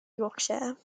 yorkshire